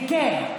וכן,